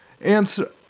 answer